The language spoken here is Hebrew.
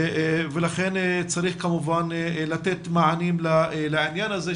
ולכן צריך לתת מענים לעניין הזה,